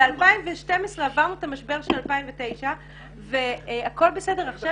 ב-2012 עברנו את המשבר של 2009. עכשיו